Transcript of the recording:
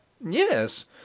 yes